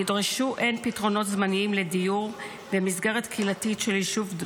נדרשו הן פתרונות זמניים לדיור במסגרת קהילתית של יישוב,